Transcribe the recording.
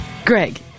Greg